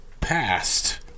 Past